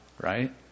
right